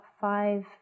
five